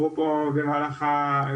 שגם הם דיברו פה במהלך הדיון.